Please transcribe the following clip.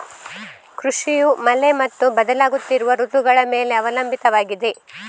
ಕೃಷಿಯು ಮಳೆ ಮತ್ತು ಬದಲಾಗುತ್ತಿರುವ ಋತುಗಳ ಮೇಲೆ ಅವಲಂಬಿತವಾಗಿದೆ